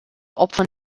opfern